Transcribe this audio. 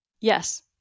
Yes